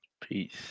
Peace